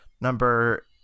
number